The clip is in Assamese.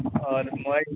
অঁ মই